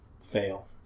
Fail